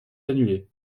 annulé